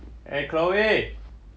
eh chloe